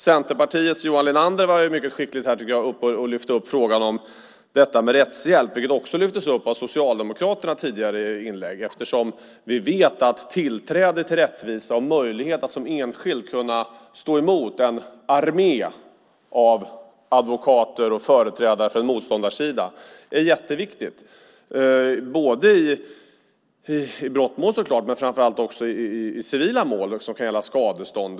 Centerpartiets Johan Linander lyfte mycket skickligt upp frågan om rättshjälp. Detta lyftes också upp av Socialdemokraterna i tidigare inlägg. Vi vet att tillträde till rättvisa och möjlighet att som enskild stå emot en armé av advokater och företrädare för en motståndarsida är jätteviktigt. Det är så klart viktigt i brottmål men också framför allt i civila mål som kan gälla skadestånd.